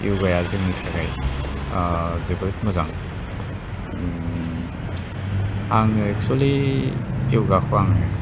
य'गाया जोंनि थाखाय जोबोत मोजां आङो एक्सुवेलि य'गाखौ आङो